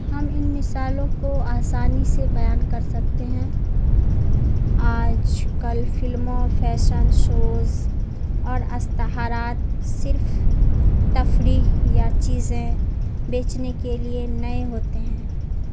ہم ان مثالوں کو آسانی سے بیان کر سکتے ہیں آج کل فلموں فیشن شوز اور اشتہارات صرف تفریح یا چیزیں بیچنے کے لیے نہیں ہوتے ہیں